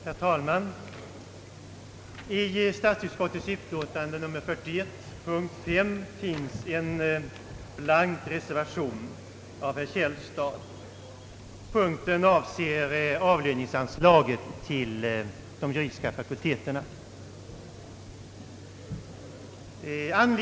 Herr talman! Vid punkten 5 i statsutskottets utlåtande nr 41 finns en blank reservation av herr Källstad. Punkten avser avlöningsanslaget till de juridiska fakulteterna.